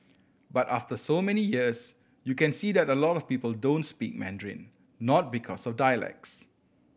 but after so many years you can see that a lot of people don't speak Mandarin not because of dialects